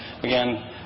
Again